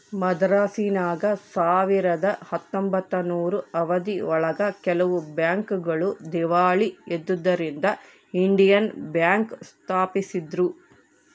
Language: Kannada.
ಮದ್ರಾಸಿನಾಗ ಸಾವಿರದ ಹತ್ತೊಂಬತ್ತನೂರು ಅವಧಿ ಒಳಗ ಕೆಲವು ಬ್ಯಾಂಕ್ ಗಳು ದೀವಾಳಿ ಎದ್ದುದರಿಂದ ಇಂಡಿಯನ್ ಬ್ಯಾಂಕ್ ಸ್ಪಾಪಿಸಿದ್ರು